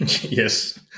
Yes